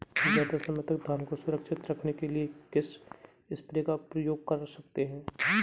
ज़्यादा समय तक धान को सुरक्षित रखने के लिए किस स्प्रे का प्रयोग कर सकते हैं?